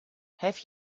have